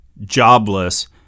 jobless